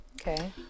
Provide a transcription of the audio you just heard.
Okay